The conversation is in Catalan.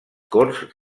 corts